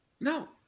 No